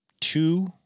two